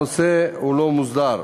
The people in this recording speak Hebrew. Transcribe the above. הנושא לא מוסדר.